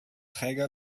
träger